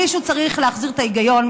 מישהו צריך להחזיר את ההיגיון,